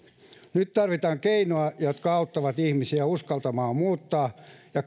nyt tarvitaan keinoja jotka auttavat ihmisiä uskaltamaan muuttaa ja